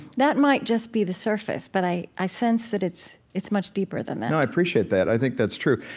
that might just be the surface, but i i sense that it's it's much deeper than that no, i appreciate that. i think that's true.